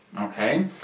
okay